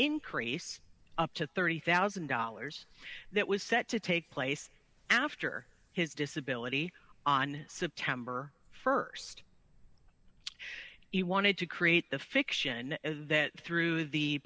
increase up to thirty thousand dollars that was set to take place after his disability on september st he wanted to create the fiction that through the